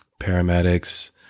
paramedics